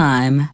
Time